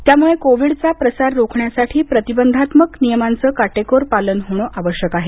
त्यामुळे कोविडचा प्रसार रोखण्यासाठी प्रतिबंधात्मक नियमांचं कोटेकोर पालन होणं आवश्यक आहे